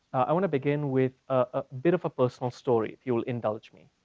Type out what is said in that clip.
i wanna begin with ah beautiful personal story if you'll indulge me.